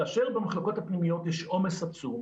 כאשר במחלקות הפנימיות יש עומס עצום,